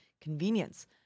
convenience